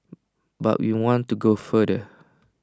but we want to go further